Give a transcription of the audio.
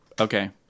Okay